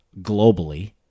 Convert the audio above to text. globally